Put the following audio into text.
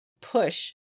push